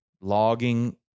logging